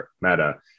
meta